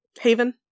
Haven